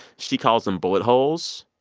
she calls them bullet holes.